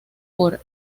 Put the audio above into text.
por